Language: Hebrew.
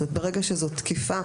ברגע שזאת תקיפה,